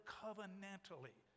covenantally